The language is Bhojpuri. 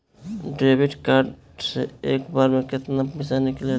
डेबिट कार्ड से एक बार मे केतना पैसा निकले ला?